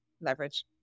leverage